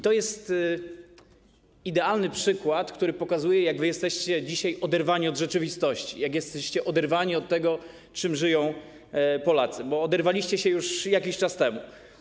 To jest idealny przykład, który pokazuje, jak jesteście dzisiaj oderwani od rzeczywistości, jak jesteście oderwani od tego, czym żyją Polacy, bo oderwaliście się już jakiś czas temu.